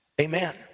Amen